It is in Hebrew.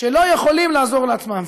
שלא יכולים לעזור לעצמם.